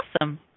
awesome